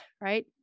right